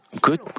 good